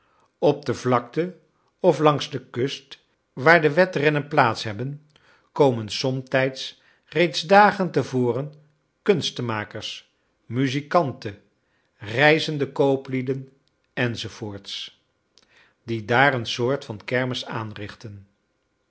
op de vlakte of langs de kust waar de wedrennen plaats hebben komen somtijds reeds dagen te voren kunstenmakers muzikanten reizende kooplieden enz die daar een soort van kermis aanrichten